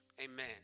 Amen